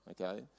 okay